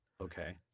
Okay